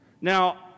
Now